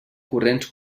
corrents